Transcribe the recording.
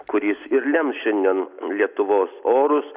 kuris ir lems šiandien lietuvos orus